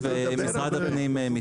משרד הפנים מתנגד.